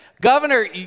Governor